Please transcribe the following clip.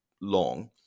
long